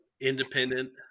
Independent